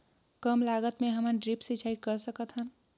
कम लागत मे हमन ड्रिप सिंचाई कर सकत हन?